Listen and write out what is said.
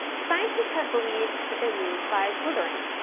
scientists have believed that they move by slithering.